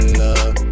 love